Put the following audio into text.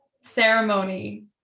ceremony